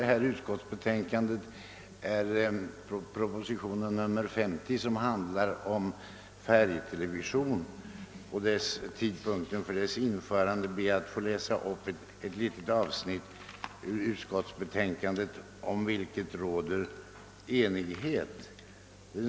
Eftersom herr Turesson kastade sig rakt in i den mycket kontroversiella frågan om fri eller monopoliserad radio och TV, ber jag att få läsa upp ett litet avsnitt ur utskottets utlåtande, om vilket enighet råder.